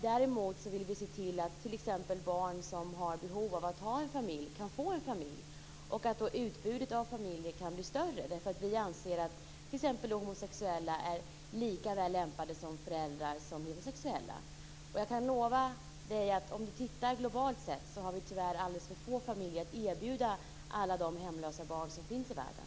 Däremot vill vi se till att barn som har behov av en familj kan få en familj och att utbudet av familjer kan bli större. Vi anser att t.ex. homosexuella är lika väl lämpade som föräldrar som heterosexuella. Jag kan lova Kjell Eldensjö att globalt sett har vi tyvärr alldeles för få familjer att erbjuda alla de hemlösa barn som finns i världen.